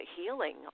healing